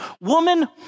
Woman